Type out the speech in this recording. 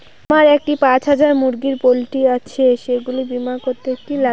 আমার একটি পাঁচ হাজার মুরগির পোলট্রি আছে সেগুলি বীমা করতে কি লাগবে?